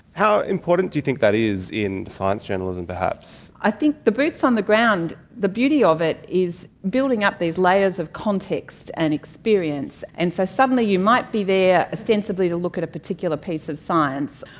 how important do you think that is in science journalism perhaps? i think the boots on the ground, the beauty ah of it is building up these layers of context and experience. and so suddenly you might be there ostensibly to look at a particular piece of science,